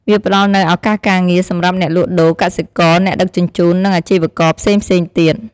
វាផ្តល់នូវ ឱកាសការងារ សម្រាប់អ្នកលក់ដូរ កសិករ អ្នកដឹកជញ្ជូន និងអាជីវករផ្សេងៗទៀត។